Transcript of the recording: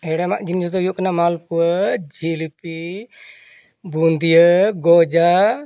ᱦᱮᱲᱮᱢᱮᱜ ᱡᱤᱱᱤᱥ ᱫᱚ ᱦᱩᱭᱩᱜ ᱠᱟᱱᱟ ᱢᱟᱞᱯᱳᱣᱟ ᱡᱤᱞᱤᱯᱤ ᱵᱩᱫᱤᱭᱟᱹ ᱜᱚᱡᱟ